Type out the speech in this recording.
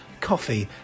coffee